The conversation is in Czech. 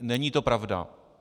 Není to pravda.